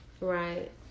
Right